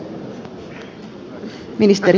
arvoisa puhemies